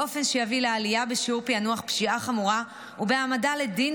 באופן שיביא לעלייה בשיעור פענוח פשיעה חמורה ובהעמדה לדין,